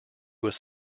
was